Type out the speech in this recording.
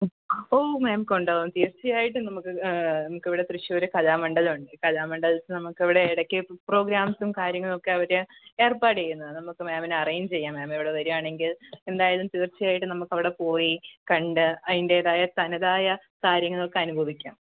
ഓ ma'am കൊണ്ട് പോകാം തീർച്ചയായിട്ടും നമുക്ക് ആഹ് നമുക്കിവിടെ തൃശ്ശൂർ കലാമണ്ഡലം ഉണ്ട് കലാമണ്ഡലത്തിൽ നമുക്കിവിടെ ഇടക്ക് പ്രോഗ്രാംസും കാര്യങ്ങളുമൊക്കെ അവർ ഏർപ്പാടെയ്യുന്നതാണ് നമുക്ക് മാമിന് അറേഞ്ചു ചെയ്യാം മാമിവിടെ വരുവാണെങ്കിൽ എന്തായാലും തീർച്ചയായിട്ടും നമുക്കവിടെ പോയി കണ്ട് അതിൻ്റെതായ തനതായ കാര്യങ്ങളൊക്കെ അനുഭവിക്കാം